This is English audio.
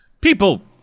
People